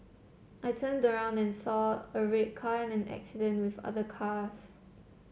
I turned around and saw a red car in an accident with other cars